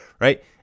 right